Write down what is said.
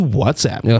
WhatsApp